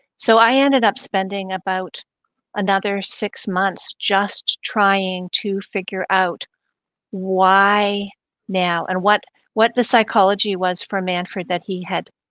so i ended up spending about another six months just trying to figure out why now and what what the psychology was for manfred that he